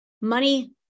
money